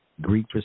Greek